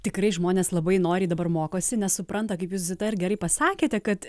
tikrai žmonės labai noriai dabar mokosi nes supranta kaip jūs zita ir gerai pasakėte kad